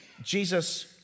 Jesus